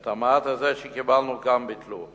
את המעט הזה שקיבלנו, גם כן ביטלו.